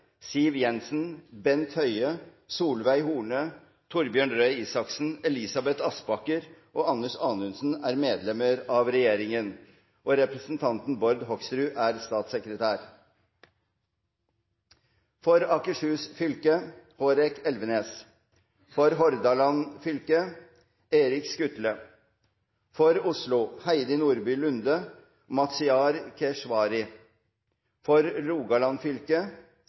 Siv Jensen, Bent Høie, Solveig Horne, Torbjørn Røe Isaksen, Elisabeth Aspaker og Anders Anundsen er medlemmer av regjeringen og representanten Bård Hoksrud er statssekretær: For Akershus fylke: Hårek Elvenes For Hordaland fylke: Erik Skutle For Oslo: Heidi Nordby Lunde og Mazyar Keshvari For Rogaland fylke: